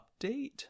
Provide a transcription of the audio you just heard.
update